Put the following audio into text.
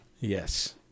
Yes